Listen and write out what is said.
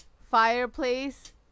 fireplace